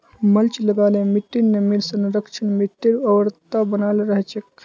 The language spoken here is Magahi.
मल्च लगा ल मिट्टीर नमीर संरक्षण, मिट्टीर उर्वरता बनाल रह छेक